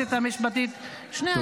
--- שיש קשר לתמיכה בטרור.